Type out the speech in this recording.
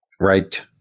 right